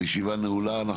הישיבה נעולה.